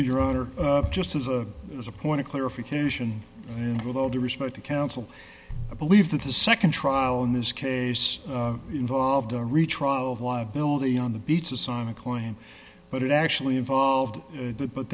honor just as a as a point of clarification and with all due respect to counsel i believe that the nd trial in this case involved a retrial viability on the beach to sign a coin but it actually involved but